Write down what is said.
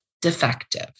defective